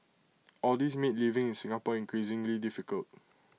all these made living in Singapore increasingly difficult